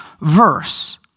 verse